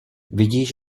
vidíš